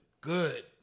good